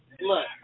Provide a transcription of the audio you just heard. Look